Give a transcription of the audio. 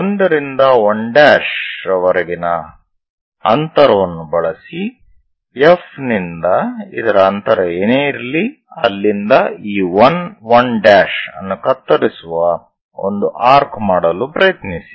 1 ರಿಂದ 1 ರ ನಡುವಿನ ಅಂತರವನ್ನು ಬಳಸಿ F ನಿಂದ ಇದರ ಅಂತರ ಏನೇ ಇರಲಿ ಅಲ್ಲಿಂದ ಈ 1 1' ಅನ್ನು ಕತ್ತರಿಸುವ ಒಂದು ಆರ್ಕ್ ಮಾಡಲು ಪ್ರಯತ್ನಿಸಿ